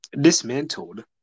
dismantled